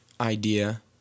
idea